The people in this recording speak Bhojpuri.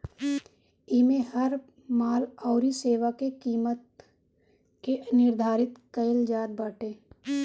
इमे हर माल अउरी सेवा के किमत के निर्धारित कईल जात बाटे